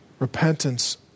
Repentance